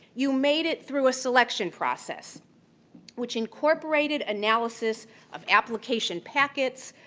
you made it through a selection process which incorporated analysis of application packets,